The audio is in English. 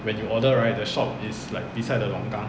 when you order right the shop is like beside the longkang